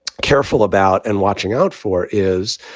careful about and watching out for is,